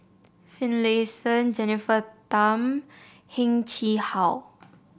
Finlayson Jennifer Tham Heng Chee How